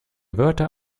wörter